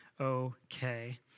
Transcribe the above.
okay